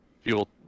fuel